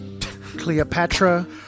Cleopatra